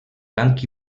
blanc